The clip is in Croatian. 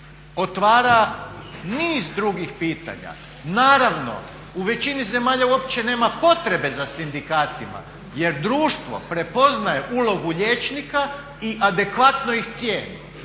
otvara niz drugih pitanja. Naravno u većini zemalja uopće nema potrebe za sindikatima jer društvo prepoznaje ulogu liječnika i adekvatno ih cijeni.